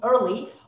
early